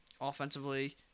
Offensively